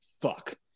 fuck